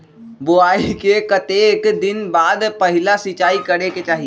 बोआई के कतेक दिन बाद पहिला सिंचाई करे के चाही?